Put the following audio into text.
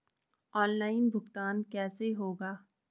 Online भुगतान कैसे होगा?